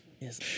yes